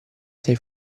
sei